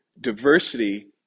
Diversity